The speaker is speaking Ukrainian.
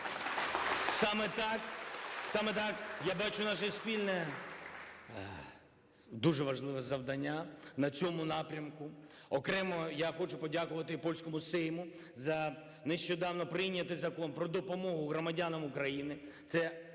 Саме так я бачу наше спільне дуже важливе завдання на цьому напрямку. Окремо я хочу подякувати і польському Сейму за нещодавно прийнятий Закон про допомогу громадянам України.